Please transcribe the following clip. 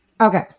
Okay